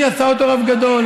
מי עשה אותו רב גדול?